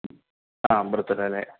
ആ ബർത്ത്ഡേ അല്ലേ